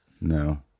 no